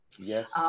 Yes